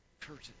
curtain